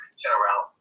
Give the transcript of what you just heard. general